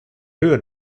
höhe